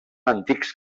antics